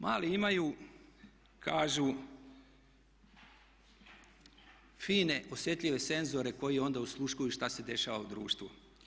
Mali imaju kažu fine osjetljive senzore koji onda osluškuju šta se dešava u društvu.